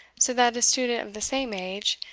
so that a student of the same age,